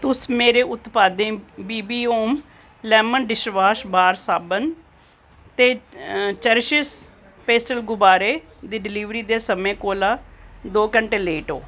तुस मेरे उत्पादें B B home lemon dishwash bar साबन ते चेरिश एक्स पेस्टल गुबारे दी डिलीवरी दे समें कोला दो घैंटें लेट ओ